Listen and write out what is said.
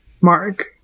Mark